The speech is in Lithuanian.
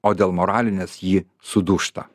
o dėl moralinės ji sudūžta